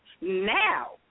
Now